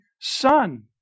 Son